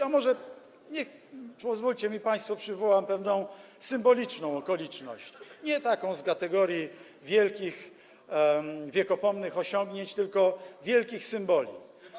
A może, pozwólcie państwo, przywołam pewną symboliczną okoliczność, nie z kategorii wielkich, wiekopomnych osiągnięć, tylko wielkich symboli.